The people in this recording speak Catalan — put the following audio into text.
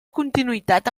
continuïtat